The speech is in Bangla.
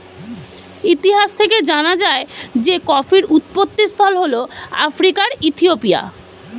ইতিহাস থেকে জানা যায় যে কফির উৎপত্তিস্থল হল আফ্রিকার ইথিওপিয়া